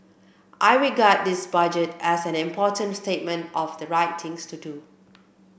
I regard this budget as an important statement of the right things to do